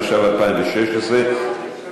התשע"ו 2016,